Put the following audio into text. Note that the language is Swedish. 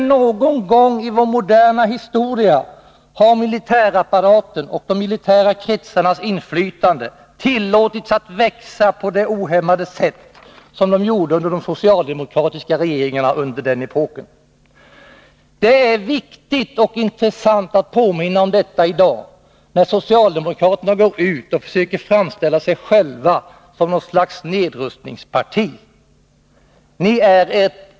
Inte någon gång i vår moderna historia har militärapparaten och de militära kretsarnas inflytande tillåtits växa på det ohämmade sätt som de gjorde under de socialdemokratiska regeringarna under den epoken. Det är viktigt och intressant att påminna om detta i dag, när socialdemokraterna går ut och försöker framställa sig själva som något slags nedrustningsparti.